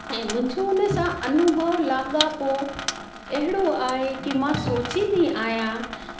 ऐं मुंहिंजो उन सां अनुभव लगापो अहिड़ो आहे की मां सोचिंदी आहियां